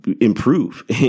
improve